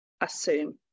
assume